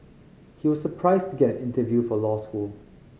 he was surprised to get an interview for law school